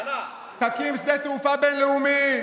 תקים שדה תעופה בין-לאומי,